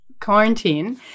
quarantine